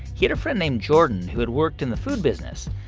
he had a friend named jordan who had worked in the food business.